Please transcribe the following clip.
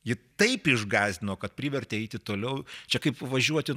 jį taip išgąsdino kad privertė eiti toliau čia kaip važiuoti